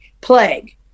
Plague